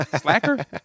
Slacker